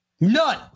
None